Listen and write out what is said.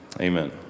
Amen